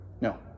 No